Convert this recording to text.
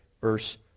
Verse